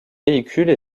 véhicules